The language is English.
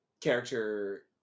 character